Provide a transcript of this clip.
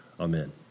amen